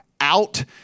out